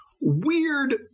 weird